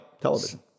television